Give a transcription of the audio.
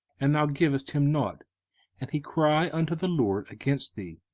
and thou givest him nought and he cry unto the lord against thee,